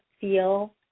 feel